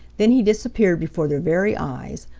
then he disappeared before their very eyes,